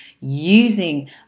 using